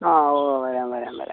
ആ ഓ വരാം വരാം വരാം